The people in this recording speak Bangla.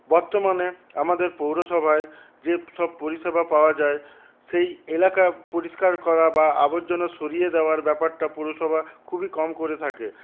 বর্তমানে আমাদের পৌরসভায় যেসব পরিষেবা পাওয়া যায় সেই এলাকা পরিষ্কার করা বা আবর্জনা সরিয়ে দেওয়ার ব্যাপারটা পুরসভা খুবই কম করে থাকে